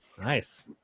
Nice